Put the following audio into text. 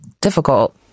difficult